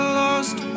lost